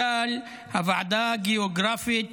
למשל הוועדה הגיאוגרפית,